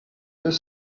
deux